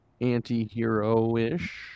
anti-hero-ish